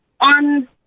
on